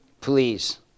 please